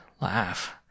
laugh